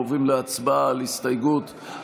חבר